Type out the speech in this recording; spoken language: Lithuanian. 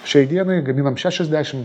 šiai dienai gaminame šešiasdešim